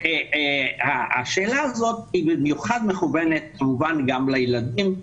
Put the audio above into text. והשאלה הזאת במיוחד מכוונת כמובן גם לילדים.